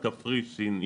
קפריסין,